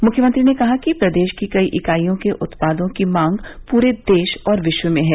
मुख्यमंत्री ने कहा कि प्रदेश की कई इकाइयों के उत्पादों की मांग पूरे देश और विश्व में है